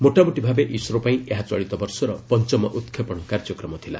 ମୋଟାମୋଟି ଭାବେ ଇସ୍ରୋ ପାଇଁ ଏହା ଚଳିତ ବର୍ଷର ପଞ୍ଚମ ଉତ୍କ୍ଷେପଣ କାର୍ଯ୍ୟକ୍ରମ ଥିଲା